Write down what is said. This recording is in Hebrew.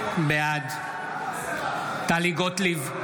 בעד טלי גוטליב,